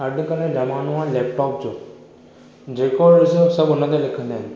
अॼुकल्ह जो ज़मानो आ लैपटॉप जो जेको ॾिसो सभ हुन ते लिखंदा आहिनि